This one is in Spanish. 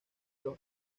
los